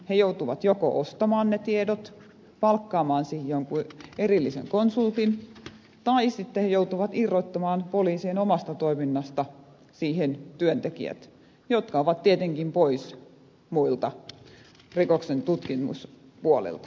he joutuvat joko ostamaan ne tiedot palkkaamaan siihen jonkun erillisen konsultin tai sitten joutuvat irrottamaan poliisien omasta toiminnasta siihen työntekijät jotka ovat tietenkin pois muulta rikoksen tutkimuspuolelta